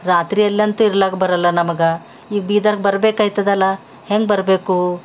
ರಾತ್ರಿಯಲ್ಲಂತೂ ಇರ್ಲಕ್ಕ ಬರಲ್ಲ ನಮಗೆ ಈಗ ಬೀದರ್ಗ ಬರಬೇಕಾಯ್ತದಲ್ಲ ಹೆಂಗೆ ಬರಬೇಕು